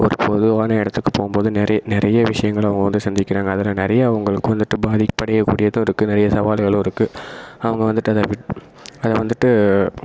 ஒரு பொதுவான இடத்துக்கு போகும்போது நிறை நிறைய விஷயங்கள அவங்க வந்து சந்திக்கிறாங்க அதில் நிறைய அவங்களுக்கு வந்துவிட்டு பாதிப்படையகூடியதும் இருக்கு நிறைய சவாலுகளும் இருக்கு அவங்க வந்துவிட்டு அதை விட அதை வந்துவிட்டு